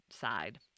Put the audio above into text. side